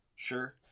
Sure